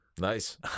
Nice